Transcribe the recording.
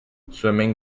swimming